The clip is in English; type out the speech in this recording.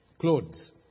Clothes